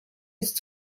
ist